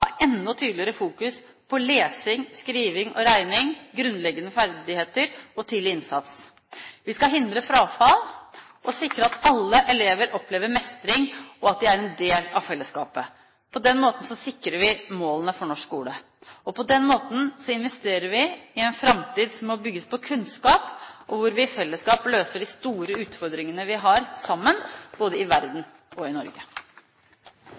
enda tydeligere fokus på lesing, skriving og regning, grunnleggende ferdigheter og tidlig innsats. Vi skal hindre frafall og sikre at alle elever opplever mestring og at de er en del av fellesskapet. På den måten sikrer vi målene for norsk skole, og på den måten investerer vi i en framtid som må bygges på kunnskap, hvor vi i fellesskap løser de store utfordringene vi har sammen, både i verden og i Norge.